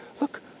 look